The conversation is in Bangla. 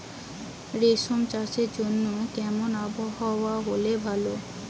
রেশম চাষের জন্য কেমন আবহাওয়া হাওয়া হলে ভালো?